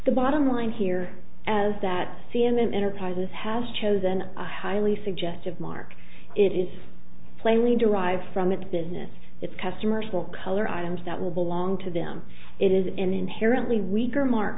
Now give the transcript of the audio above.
the bottom line here as that c n n enterprises has chosen a highly suggestive mark it is plainly derived from its business its customers will color items that will belong to them it is an inherently weaker mark